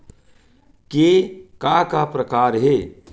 के का का प्रकार हे?